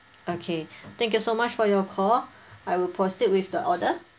okay thank you so much for your call I will proceed with the order